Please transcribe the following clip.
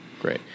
great